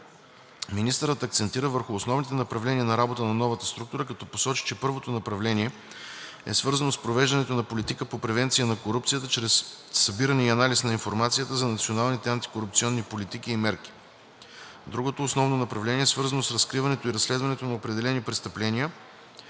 Министърът акцентира върху основните направления на работа на новата структура, като посочи, че първото направление е свързано с провеждането на политика по превенция на корупцията чрез събиране и анализ на информацията за националните антикорупционни политики и мерки. Другото основно направление е свързано с разкриването и разследването на определени престъпления,